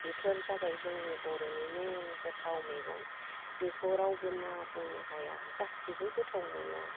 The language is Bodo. बेफोर जाबाय जोंनि बर'नि मेइन गोथाव मैगं बेखौ रावबो ना बुंनो हाया गासिबो गोथाव मोनो